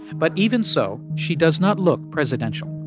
but even so, she does not look presidential,